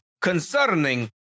concerning